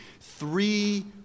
three